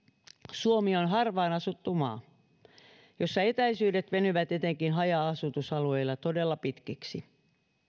suomi on harvaan asuttu maa jossa etäisyydet venyvät etenkin haja asutusalueilla todella pitkiksi